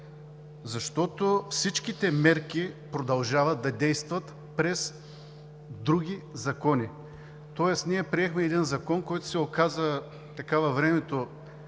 Защото всичките мерки продължават да действат през други закони. Ние приехме един закон, който се оказа във времето